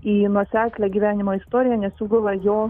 į nuoseklią gyvenimo istoriją nesugula jo